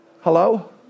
Hello